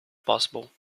possible